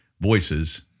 voices